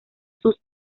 sus